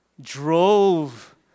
drove